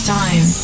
time